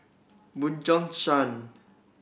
Bjorn Shan